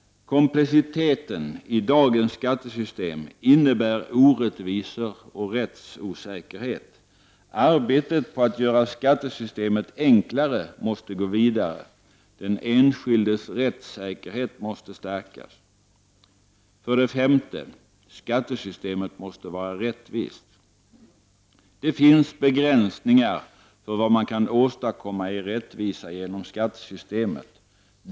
Komplexiteten i dagens skattesystem innebär orättvisor och rättsosäkerhet. Arbetet på att göra skattesystemet enklare måste gå vidare. Den enskildes rättssäkerhet måste stärkas. För det femte: Skattesystemet måste vara rättvist. Det finns begränsningar för vad man kan åstadkomma i rättvisa genom skattesystemet.